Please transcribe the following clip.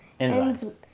Enzymes